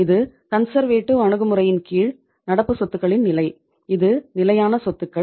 இது நிலையான சொத்துகள்